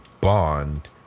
Bond